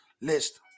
list